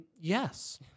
Yes